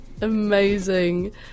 amazing